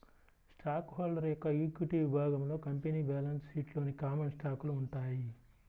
stock holder యొక్క equity విభాగంలో company balance షీట్లోని కామన్ స్టాకులు ఉంటాయి